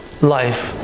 life